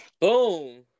Boom